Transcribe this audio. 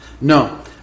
No